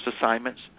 assignments